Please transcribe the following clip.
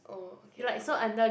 oh okay